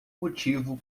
motivo